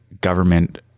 government